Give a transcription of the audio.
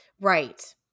Right